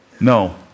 No